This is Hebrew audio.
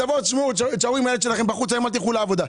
תישארו עם הילד שלכם בחוץ, היום אל תלכו לעבודה.